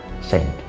Saint